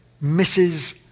misses